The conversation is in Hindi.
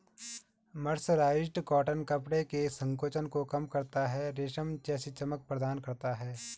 मर्सराइज्ड कॉटन कपड़े के संकोचन को कम करता है, रेशम जैसी चमक प्रदान करता है